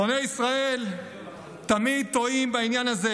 שונאי ישראל תמיד טועים בעניין הזה.